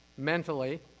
mentally